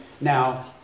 now